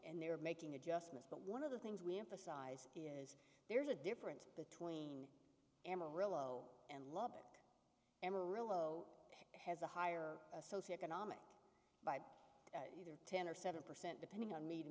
and they're making adjustments but one of the things we emphasize is there's a difference between amarillo and lubbock amarillo has a higher socioeconomic by either ten or seven percent depending on